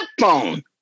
phone